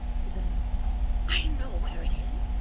said the north wind, i know where it is.